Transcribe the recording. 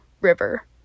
river